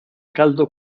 caldo